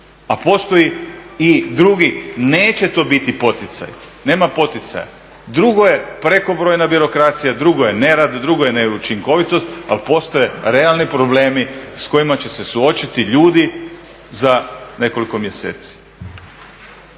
A postoji i drugi, neće to biti poticaj, nema poticaja. Drugo je prekobrojna demokracija, drugo je nerad, drugo je neučinkovitost ali postoje realni problemi s kojima će se suočiti ljudi za nekoliko mjeseci.